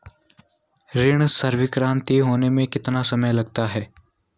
ऋण स्वीकृति होने में कितना समय लगेगा?